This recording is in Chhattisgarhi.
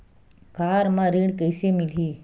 कार म ऋण कइसे मिलही?